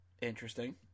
interesting